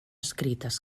escrites